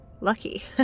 lucky